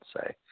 say